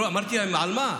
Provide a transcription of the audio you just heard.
אמרתי להם: על מה?